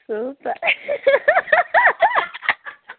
super